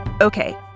Okay